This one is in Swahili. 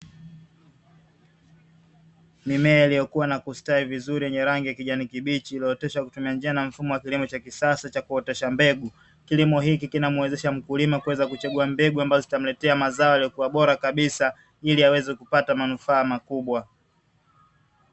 Mimea iliyokuwa na kustawi vizuri yenye rangi ya kijani kibichi, iliyooteshwa kupitia njia na mfumo wa kilimo cha kisasa cha kuotesha mbegu. Kilimo hiki kinamuwezesha mkulima kuweza kuchagua mbegu ambazo zitamletea mazao yaliyokuwa bora kabisa, ili aweze kupata manufaa makubwa.